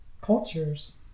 cultures